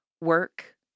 work